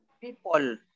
people